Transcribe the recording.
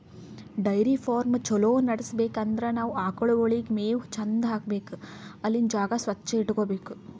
dairy farm ಛಲೋ ನಡ್ಸ್ಬೇಕ್ ಅಂದ್ರ ನಾವ್ ಆಕಳ್ಗೋಳಿಗ್ ಮೇವ್ ಚಂದ್ ಹಾಕ್ಬೇಕ್ ಅಲ್ಲಿಂದ್ ಜಾಗ ಸ್ವಚ್ಚ್ ಇಟಗೋಬೇಕ್